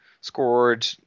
scored